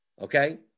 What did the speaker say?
Okay